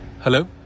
Hello